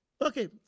Okay